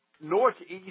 Northeast